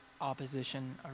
opposition